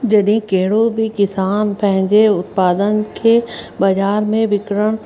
जॾहिं कहिड़ो बि किसान पंहिंजे उत्पादन खे बाज़ारि में विकणण